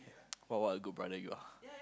!wah! what a good brother you are